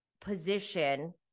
position